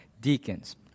deacons